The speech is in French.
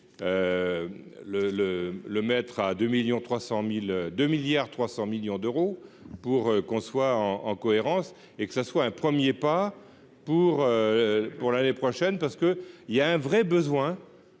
2 milliards 300 millions d'euros pour qu'on soit en cohérence et que ça soit un 1er pas pour pour l'année prochaine parce que il y a un vrai besoin